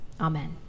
amen